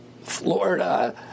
Florida